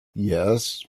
yes